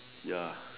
ya